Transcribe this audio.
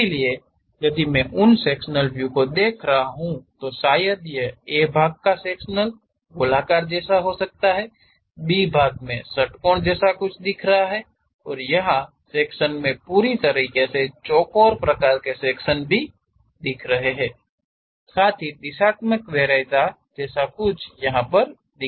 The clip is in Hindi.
इसलिए यदि मैं उन सेक्शनल व्यू को देख रहा हूं तो शायद यह Aभाग का सेक्शन गोलाकार जैसा हो सकता है B भाग मे आपको षट्कोण जैसा कुछ दिख है और यहां सेक्शन मे पूरी तरह से चौकोर प्रकार का सेक्शन दिख रहा है साथ ही दिशात्मक वरीयता जैसा कुछ यहा पर दिख रहा है